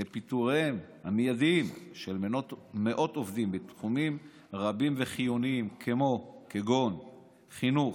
לפיטוריהם המיידים של מאות עובדים בתחומים רבים וחיוניים כגון חינוך,